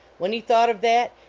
when he thought of that,